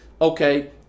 okay